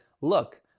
look